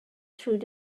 through